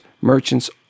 merchants